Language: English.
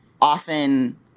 often